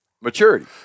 maturity